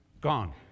Gone